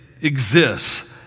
exists